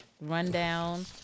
rundown